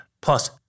plus